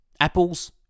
Apples